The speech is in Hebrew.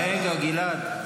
רגע, גלעד,